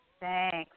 thanks